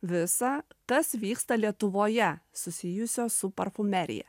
visą kas vyksta lietuvoje susijusio su parfumerija